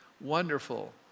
wonderful